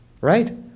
right